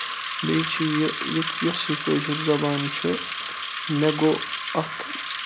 بیٚیہِ چھُ یہِ یۄس یہِ کٲشِر زَبان چھُ مےٚ گوٚو اَتھ